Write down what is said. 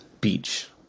Beach